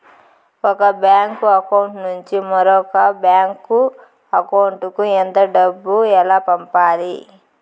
ఒక bank account నుంచి మరొక బ్యాంకు అకౌంట్ కు ఎంత డబ్బు ఎలా పంపాలి